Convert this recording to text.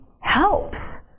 helps